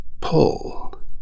pull